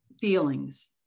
feelings